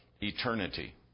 eternity